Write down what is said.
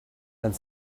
and